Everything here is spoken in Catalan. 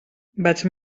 vaig